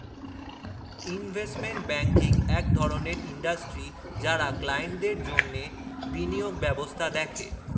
investment banking এক ধরণের industry যারা ক্লায়েন্টদের জন্যে বিনিয়োগ ব্যবস্থা দেখে